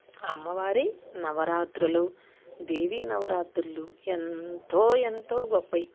అమ్మవారి నవరాత్రులు దేవీ నవరాత్రులు ఎంతో ఎంతో గొప్పయి